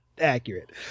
accurate